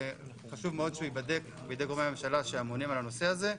חשוב מאוד שהוא ייבדק בידי גורמי הממשלה שאמונים על הנושא הזה.